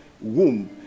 womb